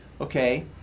okay